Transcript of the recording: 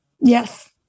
Yes